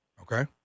okay